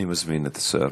אני מזמין את השר.